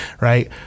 right